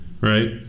Right